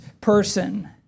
person